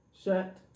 Shut